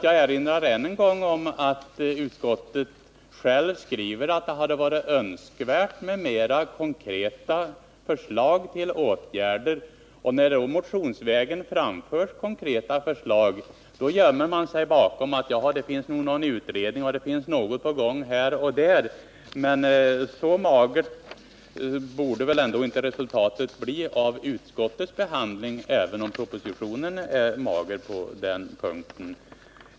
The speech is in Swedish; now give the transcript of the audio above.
Jag vill än en gång erinra om att utskottet självt skriver att det hade varit önskvärt med mera konkreta förslag till åtgärder. När det då motionsvägen framförs konkreta förslag, gömmer man sig bakom uttalanden om att det nog finns någon utredning eller att någonting pågår. Men så magert borde väl resultatet inte bli av utskottets behandling, även om propositionen är mager på denna punkt.